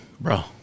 Bro